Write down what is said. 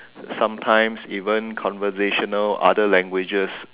sometimes even conversational other languages